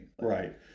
Right